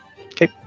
Okay